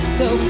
go